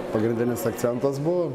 pagrindinis akcentas buvo